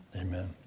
Amen